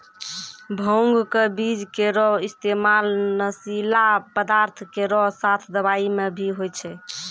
भांग क बीज केरो इस्तेमाल नशीला पदार्थ केरो साथ दवाई म भी होय छै